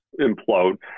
implode